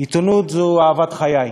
עיתונות זו אהבת חיי.